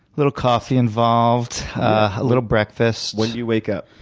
little coffee involved, a little breakfast. when do you wake up?